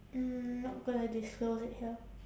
mm not gonna disclose it here